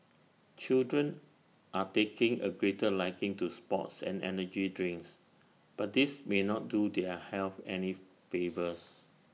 children are taking A greater liking to sports and energy drinks but these may not do their health any favours